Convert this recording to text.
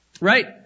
Right